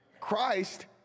Christ